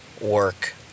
work